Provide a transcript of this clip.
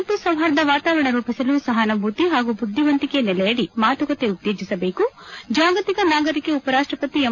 ನ್ನಾಯ ಮತ್ತು ಸೌಪಾರ್ದ ವಾತಾವರಣ ರೂಪಿಸಲು ಸಹಾನುಭೂತಿ ಹಾಗೂ ಬುದ್ದಿವಂತಿಕೆ ನೆಲೆಯಡಿ ಮಾತುಕತೆ ಉತ್ತೇಜಿಸಬೇಕು ಜಾಗತಿಕ ನಾಯಕರಿಗೆ ಉಪರಾಷ್ಷಪತಿ ಎಂ